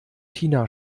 tina